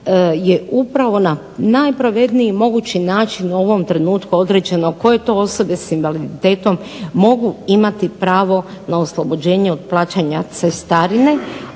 je upravo na najpravedniji mogući način u ovom trenutku određeno koje to osobe sa invaliditetom mogu imati pravo na oslobođenje od plaćanja cestarine,